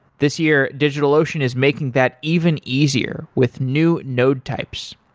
this year, digitalocean is making that even easier with new node types.